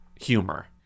humor